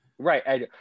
Right